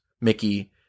Mickey